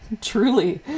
Truly